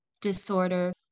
disorder